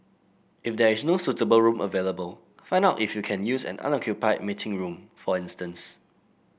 if there is no suitable room available find out if you can use an unoccupied meeting room for instance